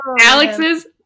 Alex's